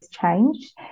changed